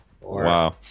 Wow